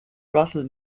russell